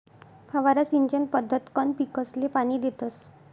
फवारा सिंचन पद्धतकंन पीकसले पाणी देतस